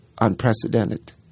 unprecedented